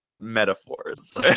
metaphors